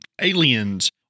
aliens